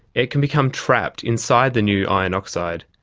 it can become trapped inside the new iron oxide,